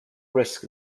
risk